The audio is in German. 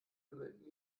lümmelt